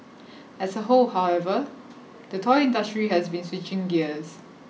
as a whole however the toy industry has been switching gears